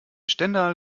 stendal